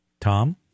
Tom